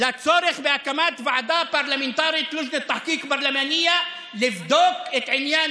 לצורך בהקמת ועדה פרלמנטרית (מתרגם את דבריו לערבית) לבדוק את עניין